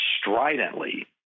stridently